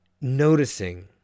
noticing